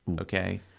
okay